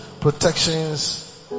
protections